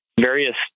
various